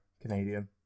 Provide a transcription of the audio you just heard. Canadian